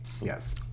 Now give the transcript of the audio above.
yes